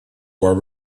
were